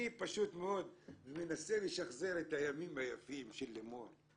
אני פשוט מאוד מנסה לשחזר את הימים היפים של לימור.